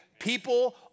People